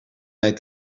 mijn